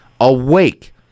awake